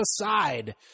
aside